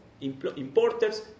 importers